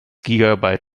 gigabyte